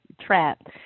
trap